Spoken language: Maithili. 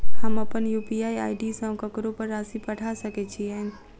हम अप्पन यु.पी.आई आई.डी सँ ककरो पर राशि पठा सकैत छीयैन?